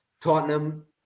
Tottenham